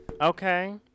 okay